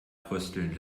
frösteln